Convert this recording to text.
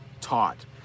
taught